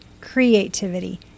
creativity